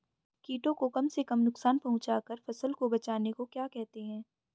कीटों को कम से कम नुकसान पहुंचा कर फसल को बचाने को क्या कहते हैं?